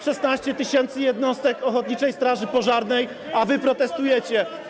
16 tys. jednostek ochotniczej straży pożarnej, a wy protestujecie.